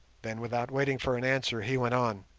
then, without waiting for an answer, he went on